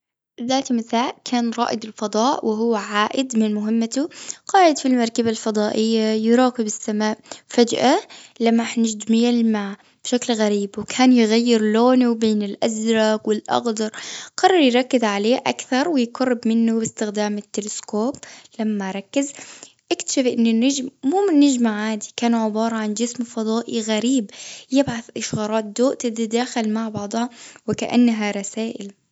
ذات مساء، كان رائد الفضاء وهو عائد من مهمته، قاعد في المركبة الفضائية، يراقب السماء. فجأة لمح نجم يلمع بشكل غريب، وكان يغير لونه بين الأزرق والأخضر. قرر يركز عليه أكثر، ويقرب منه باستخدام التلسكوب. لما ركز، اكتشف إن النجم مو من نجمة عادي. كان عبارة عن جسم فضائي غريب، يبعث إشارات ضوء تتداخل، مع بعضها، وكأنها رسائل.